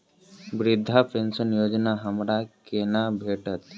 वृद्धा पेंशन योजना हमरा केना भेटत?